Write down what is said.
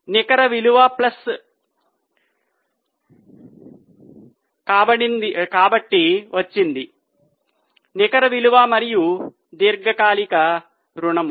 నికర విలువ ప్లస్ కాబట్టి వచ్చింది నికర విలువ మరియు దీర్ఘకాలిక రుణం